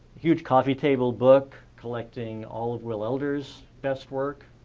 huge coffee table book collecting all of will elder's best work.